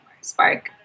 spark